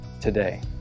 today